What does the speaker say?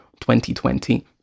2020